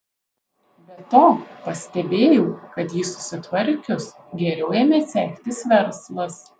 be to pastebėjau kad jį susitvarkius geriau ėmė sektis verslas